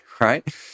right